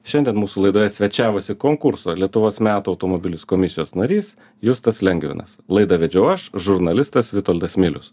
šiandien mūsų laidoje svečiavosi konkurso lietuvos metų automobilis komisijos narys justas lengvinas laidą vedžiau aš žurnalistas vitoldas milius